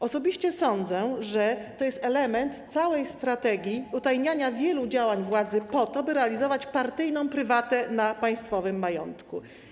Osobiście sądzę, że to jest element całej strategii utajniania wielu działań władzy po to, by realizować partyjną prywatę na państwowym majątku.